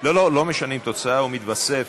להצבעה, לא משנים תוצאה, הוא מתווסף.